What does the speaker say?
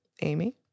Amy